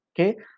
okay